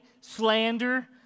slander